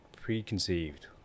preconceived